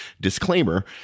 disclaimer